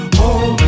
home